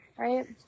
right